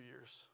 years